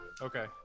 Okay